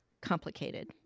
complicated